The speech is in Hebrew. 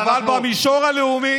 אנחנו רוצים לסיים.